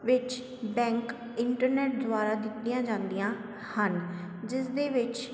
ਵਿੱਚ bank internet ਦੁਆਰਾ ਦਿੱਤੀਆਂ ਜਾਂਦੀਆਂ ਹਨ ਜਿਸ ਦੇ ਵਿੱਚ